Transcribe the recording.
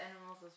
animals